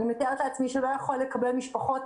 אני מתארת לעצמי שהוא לא יכול לקבל משפחות,